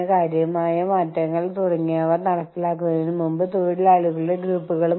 അന്താരാഷ്ട്ര ഓറിയന്റേഷന്റെ ഒരു വഴി അഥവാ ഒരു വശം എത്നോസെൻട്രിസം ആണ്